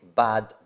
bad